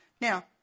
Now